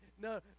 no